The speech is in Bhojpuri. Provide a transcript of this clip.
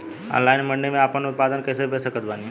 ऑनलाइन मंडी मे आपन उत्पादन कैसे बेच सकत बानी?